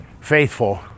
faithful